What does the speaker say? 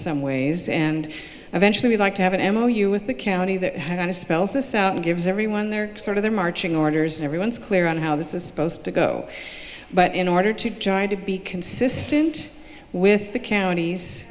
some ways and eventually we'd like to have an m o you with the county that had to spell this out and gives everyone their sort of their marching orders and everyone's clear on how this is supposed to go but in order to join to be consistent with the counties